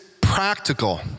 practical